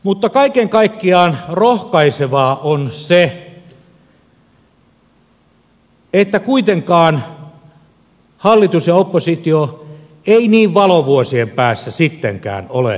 mutta kaiken kaikkiaan rohkaisevaa on se että kuitenkaan hallitus ja oppositio eivät niin valovuosien päässä sittenkään ole toisistaan